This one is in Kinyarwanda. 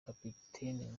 kapiteni